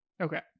Okay